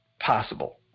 possible